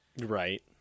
right